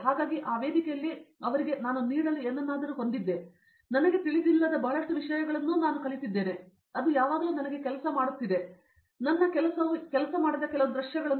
ಹಾಗಾಗಿ ಆ ವೇದಿಕೆಯಲ್ಲಿ ಅವರಿಗೆ ನಾನು ನೀಡಲು ಏನನ್ನಾದರೂ ಹೊಂದಿದ್ದೆ ಮತ್ತು ನನಗೆ ತಿಳಿದಿಲ್ಲದ ಬಹಳಷ್ಟು ವಿಷಯಗಳನ್ನು ನಾನು ಕಲಿತಿದ್ದೇನೆ ಅದು ಯಾವಾಗಲೂ ನನಗೆ ಕೆಲಸ ಮಾಡುತ್ತಿದೆ ಎಂದು ನಾನು ಕಲಿಸಿದ್ದೇನೆ ಆದರೆ ನನ್ನ ಕೆಲಸವು ಕೆಲಸ ಮಾಡದ ಕೆಲವು ದೃಶ್ಯಗಳನ್ನು